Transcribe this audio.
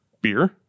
Beer